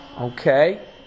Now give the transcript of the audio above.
Okay